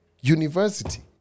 university